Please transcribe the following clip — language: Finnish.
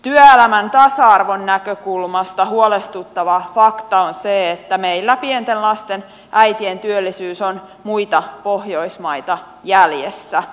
työelämän tasa arvon näkökulmasta huolestuttava fakta on se että meillä pienten lasten äitien työllisyys on muita pohjoismaita jäljessä